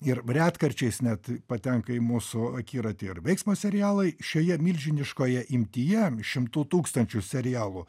ir retkarčiais net patenka į mūsų akiratį ir veiksmo serialai šioje milžiniškoje imtyje šimtų tūkstančių serialų